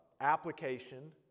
Application